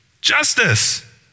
Justice